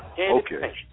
Okay